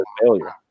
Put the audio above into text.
failure